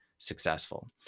successful